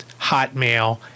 Hotmail